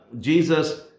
Jesus